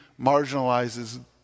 marginalizes